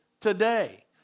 today